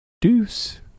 deuce